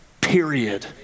Period